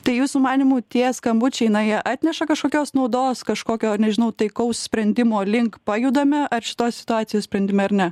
tai jūsų manymu tie skambučiai na jie atneša kažkokios naudos kažkokio nežinau taikaus sprendimo link pajudame ar šitos situacijos sprendime ar ne